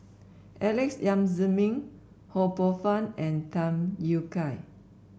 Alex Yam Ziming Ho Poh Fun and Tham Yui Kai